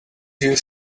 you